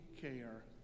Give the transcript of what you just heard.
care